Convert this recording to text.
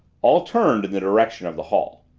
all turned in the direction of the hall.